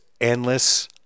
endless